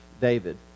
David